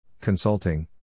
consulting